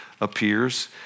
appears